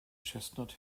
chestnut